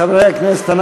חברי הכנסת,